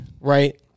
Right